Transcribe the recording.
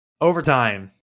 overtime